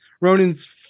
Ronan's